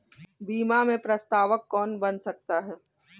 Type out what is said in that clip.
बीमा में प्रस्तावक कौन बन सकता है?